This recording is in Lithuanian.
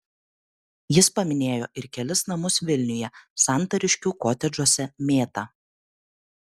jis paminėjo ir kelis namus vilniuje santariškių kotedžuose mėta